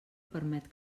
permet